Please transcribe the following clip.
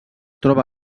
troba